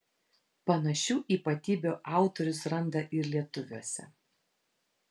panašių ypatybių autorius randa ir lietuviuose